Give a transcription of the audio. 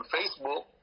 Facebook